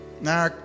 Now